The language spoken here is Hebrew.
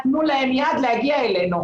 תנו להם יד להגיע אלינו,